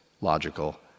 logical